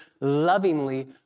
lovingly